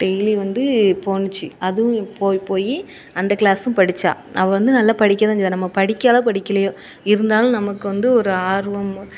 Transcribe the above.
daily வந்து போச்சி அதுவும் போய் போய் அந்த க்ளாஸும் படித்தா அவள் வந்து நல்லா படிக்க தான் செய்கிறா நம்ம படிக்கிறாளோ படிக்கலையோ இருந்தாலும் நமக்கு வந்து ஒரு ஆர்வம்